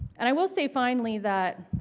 and i will say finally that